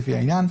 לפי העניין.